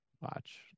watch